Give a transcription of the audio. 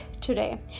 today